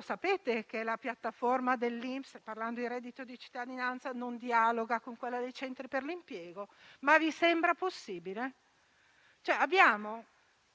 Sapete che la piattaforma dell'INPS, parlando di reddito di cittadinanza, non dialoga con quella dei centri per l'impiego? Vi sembra possibile? Abbiamo da